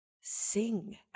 sing